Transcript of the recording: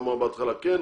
אמר בהתחלה כן,